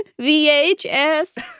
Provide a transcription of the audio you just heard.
VHS